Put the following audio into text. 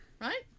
Right